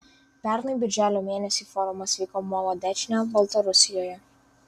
pernai birželio mėnesį forumas vyko molodečne baltarusijoje